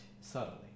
subtly